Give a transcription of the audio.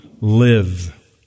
live